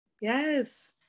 Yes